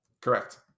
Correct